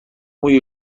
موی